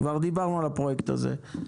כבר דיברנו על הפרויקט הזה.